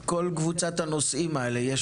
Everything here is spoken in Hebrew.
כל קבוצת הנושאים האלו,